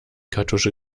kartusche